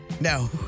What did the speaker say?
No